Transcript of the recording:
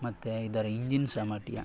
ಮತ್ತು ಇದರ ಇಂಜಿನ್ ಸಾಮರ್ಥ್ಯ